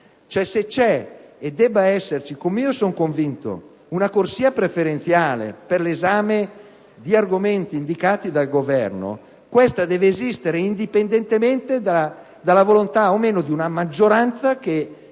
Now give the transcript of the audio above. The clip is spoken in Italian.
se c'è e deve esserci - come io ritengo - una corsia preferenziale per l'esame di argomenti indicati dal Governo, questa deve esistere indipendentemente dalla volontà o meno di una maggioranza che, in